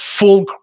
Full